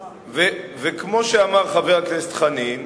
כמו שאמר חבר הכנסת חנין,